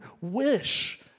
wish